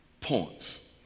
points